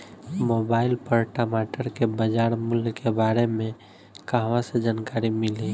Mobile पर टमाटर के बजार मूल्य के बारे मे कहवा से जानकारी मिली?